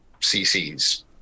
cc's